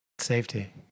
safety